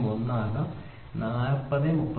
01 ആകാം ഇത് 4